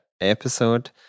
episode